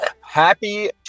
Happy